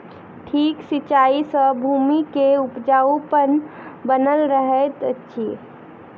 ठीक सिचाई सॅ भूमि के उपजाऊपन बनल रहैत अछि